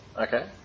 Okay